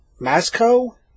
Masco